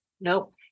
nope